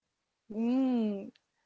mm